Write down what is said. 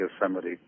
Yosemite